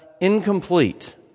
incomplete